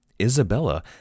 Isabella